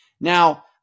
Now